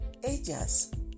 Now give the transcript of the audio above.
ellas